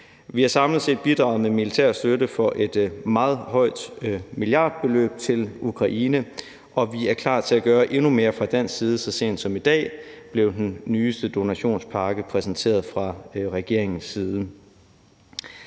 Vi har samlet set bidraget med militær støtte for et meget højt milliardbeløb til Ukraine, og vi er klar til at gøre endnu mere fra dansk side. Så sent som i dag blev den nyeste donationspakke præsenteret fra regeringens side.